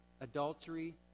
adultery